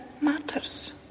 matters